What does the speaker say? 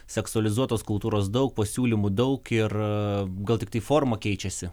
seksualizuotos kultūros daug pasiūlymų daug ir gal tiktai forma keičiasi